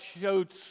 showed